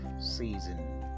season